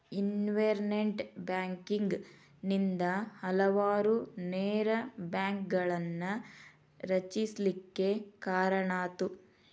internet banking ನಿಂದಾ ಹಲವಾರು ನೇರ ಬ್ಯಾಂಕ್ಗಳನ್ನ ರಚಿಸ್ಲಿಕ್ಕೆ ಕಾರಣಾತು